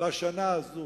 אלא בשנה הזאת.